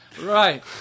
Right